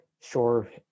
Sure